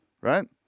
right